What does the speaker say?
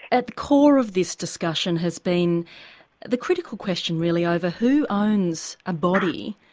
at the core of this discussion has been the critical question really over who owns a body,